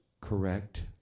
correct